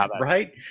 Right